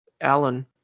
Alan